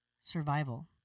survival